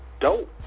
dope